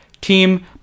team